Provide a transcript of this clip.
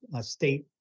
state